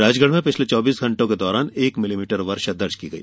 राजगढ़ में पिछले चौबीस घंटों के दौरान एक मिलीमीटर वर्षा दर्ज की गई